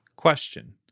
Question